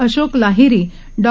Ashok Lahiri Dr